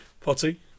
Potty